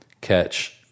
catch